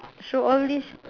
so all these